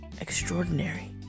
extraordinary